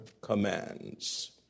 commands